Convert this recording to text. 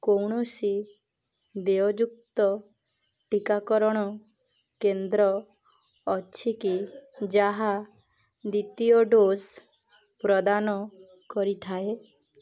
କୌଣସି ଦେୟଯୁକ୍ତ ଟିକାକରଣ କେନ୍ଦ୍ର ଅଛି କି ଯାହା ଦ୍ୱିତୀୟ ଡୋଜ୍ ପ୍ରଦାନ କରିଥାଏ